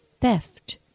theft